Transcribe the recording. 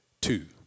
two